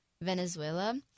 Venezuela